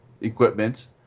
equipment